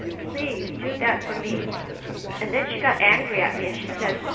please do that for me and then she got angry at me. and she said,